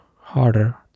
harder